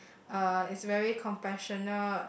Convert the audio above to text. uh is very compassionate